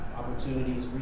opportunities